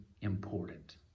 important